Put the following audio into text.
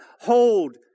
hold